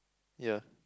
ya